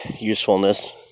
usefulness